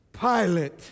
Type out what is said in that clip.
Pilate